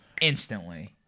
instantly